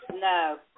no